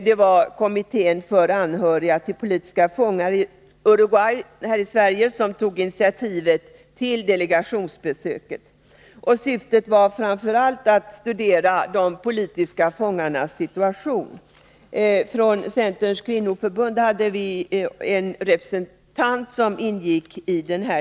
Det var kommittén för anhöriga till politiska fångar i Uruguay som tog initiativet till detta besök. Syftet var framför allt att studera de politiska fångarnas situation. I delegationen ingick en representant från centerns kvinnoförbund.